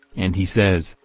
and he says,